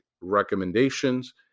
recommendations